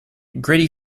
gritty